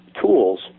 tools